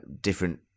different